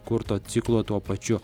kurto ciklo tuo pačiu